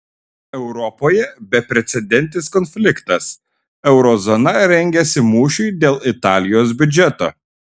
europoje beprecedentis konfliktas euro zona rengiasi mūšiui dėl italijos biudžeto